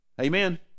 Amen